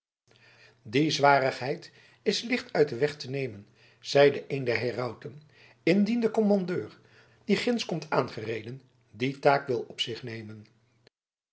die zwarigheid is licht uit den weg te nemen zeide een der herauten indien de kommandeur die ginds komt aangereden die taak wil op zich nemen